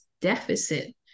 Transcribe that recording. deficit